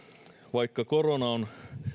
vaikka korona on